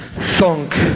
Thunk